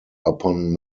upon